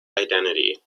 identity